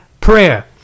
prayer